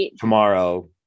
tomorrow